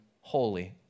holy